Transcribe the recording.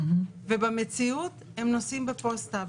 ובמציאות הם נוסעים בפוסטה,